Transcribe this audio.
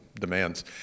demands